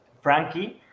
Frankie